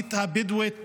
הערבית הבדואית בנגב.